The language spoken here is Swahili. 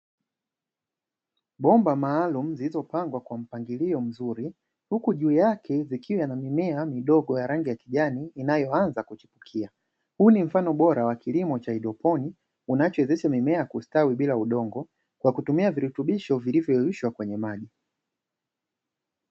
Bomba maalumu ziizopangiliwa kwa mpangilio mzuri huku juu yake kukiwa na mimea ya rangi ya kijani inayoanza kuchipukia, huu ni mfano bora wa kilimo cha hidroponiki, unachowezesha mimea kustawi bila kutumia udongo kwa kutumia virutubisho vilivvyo yeyushwa kwenye maji.